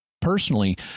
Personally